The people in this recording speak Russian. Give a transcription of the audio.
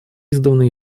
издавна